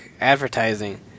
advertising